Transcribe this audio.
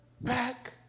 back